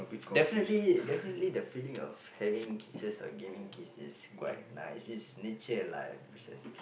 definitely definitely the feeling of having kisses or giving kiss is quite nice is nature lah